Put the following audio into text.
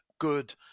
good